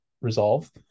resolve